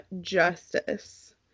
justice